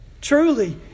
Truly